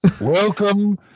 welcome